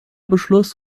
beschluss